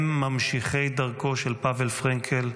הם ממשיכי דרכו של פאוול פרנקל,